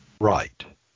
Right